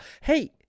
Hey